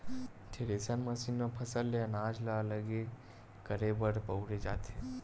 thresher machine म फसल ले अनाज ल अलगे करे बर बउरे जाथे